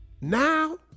Now